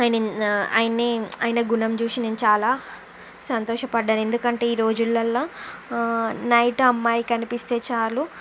ఆయన ఆయన్ని ఆయన గుణం చూసి నేను చాలా సంతోషపడ్డాను ఎందుకంటే ఈ రోజులల్లో నైట్ అమ్మాయి కనిపిస్తే చాలు